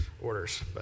orders